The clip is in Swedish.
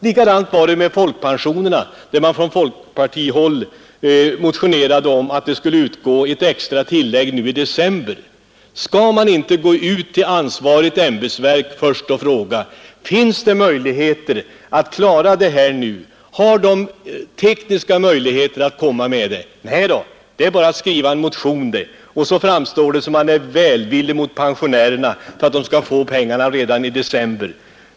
Samma var förhållandet med folkpensionerna, där man från folkpartihåll motionerade om att det skulle utgå ett extra tillägg nu i december. Skall man inte först gå ut till ett ansvarigt ämbetsverk och fråga: Finns det möjlighet att klara detta nu? Har ni tekniska möjligheter att genomföra en sådan åtgärd? Nej då, det är bara att skriva en motion, och så framstår det som om man är välvillig emot pensionärerna för att de skall få pengar redan i december.